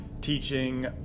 teaching